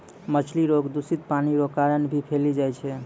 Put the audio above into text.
मछली रोग दूषित पानी रो कारण भी फैली जाय छै